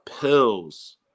pills